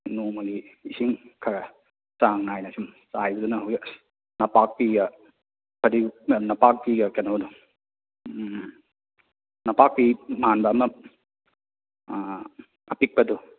ꯅꯣꯡꯃꯒꯤ ꯏꯁꯤꯟ ꯈꯔ ꯆꯥꯡ ꯅꯥꯏꯅ ꯁꯨꯝ ꯆꯥꯏꯕꯗꯨꯅ ꯍꯧꯖꯤꯛ ꯑꯁ ꯅꯄꯥꯛꯄꯤꯒ ꯐꯗꯤ ꯅꯄꯥꯛꯄꯤꯒ ꯀꯩꯅꯣꯗꯣ ꯅꯄꯥꯛꯄꯤ ꯃꯥꯟꯕ ꯑꯃ ꯑꯄꯤꯛꯄꯗꯣ